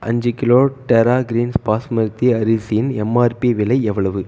அஞ்சு kilo Terra Greens basmati அரிசியின் MRP விலை எவ்வளவு